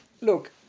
look